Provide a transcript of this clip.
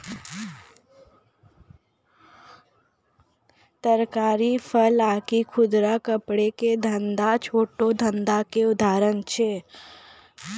तरकारी, फल आकि खुदरा कपड़ा के धंधा छोटो धंधा के उदाहरण छै